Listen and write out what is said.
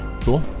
cool